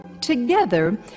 Together